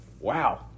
wow